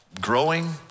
growing